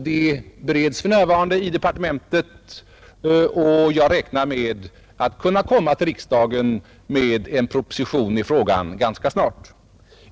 Det bereds för närvarande i departementet. Jag räknar med att ganska snart kunna framlägga en proposition i frågan för riksdagen.